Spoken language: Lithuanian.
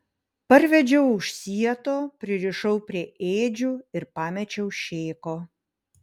parvedžiau už sieto pririšau prie ėdžių ir pamečiau šėko